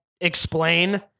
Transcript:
explain